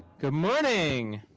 good morning.